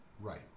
Right